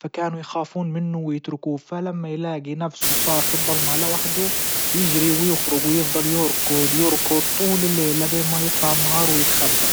فكانوا يخافون منه ويتركوه فلما يلاجي نفسه صار في الضلمة لوحده يجري ويخرج ويفضل يركض يركض طول الليل لبين ما يطلع النهار ويتخبى.